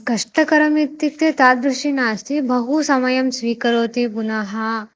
कष्टकरमित्युक्ते तादृशं नास्ति बहु समयं स्वीकरोति पुनः